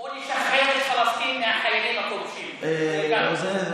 או לשחרר את פלסטין מהחיילים הכובשים, גם זה.